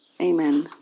Amen